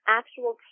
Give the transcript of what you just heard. actual